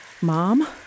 Mom